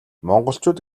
монголчууд